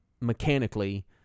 mechanically